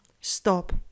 Stop